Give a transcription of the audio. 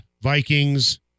Vikings